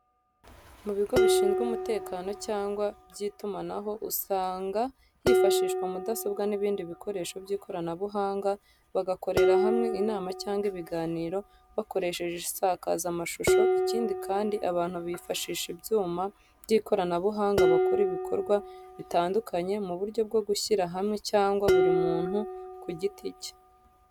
Mu bigo bishinzwe umutekano cyangwa by'itumanaho usanga hifashishwa mudasobwa n'ibindi bikoresho by'ikoranabuhanga, bagakorera hamwe inama cyangwa ibiganiro bakoresheje insakazamashusho, ikindi kandi abantu bifashisha ibyuma by'ikoranabuhanga bakora ibikorwa bitandukanye mu buryo bwo gushyira hamwe cyangwa buri muntu ku giti cye.